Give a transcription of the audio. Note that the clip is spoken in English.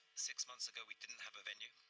six months ago we didn't have a venue,